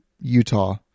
Utah